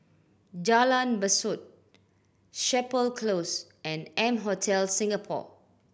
Jalan Besut Chapel Close and M Hotel Singapore